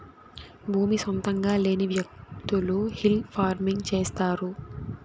భూమి సొంతంగా లేని వ్యకులు హిల్ ఫార్మింగ్ చేస్తారు